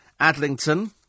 Adlington